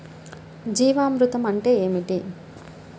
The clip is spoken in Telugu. జీవామృతం అంటే ఏమిటి?